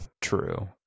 true